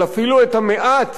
אבל אפילו את המעט